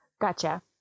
Gotcha